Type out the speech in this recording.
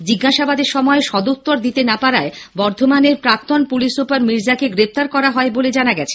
জিজ্ঞাসাবাদের সময় সদুত্তর দিতে না পারায় বর্ধমানের প্রাক্তন পুলিশ সুপার মীর্জাকে গ্রেপ্তার করা হল বলে জানা গেছে